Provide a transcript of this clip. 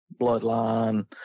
Bloodline